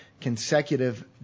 consecutive